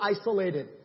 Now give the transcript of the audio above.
isolated